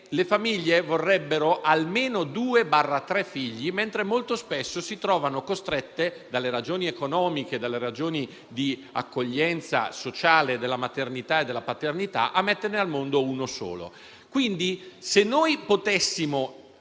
Le famiglie vorrebbero almeno due o tre figli mentre, molto spesso, si ritrovano costrette, da ragioni economiche, dalle ragioni di accoglienza sociale della maternità e della paternità, a metterne al mondo uno solo. Quindi, se noi potessimo